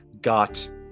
got